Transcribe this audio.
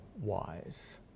wise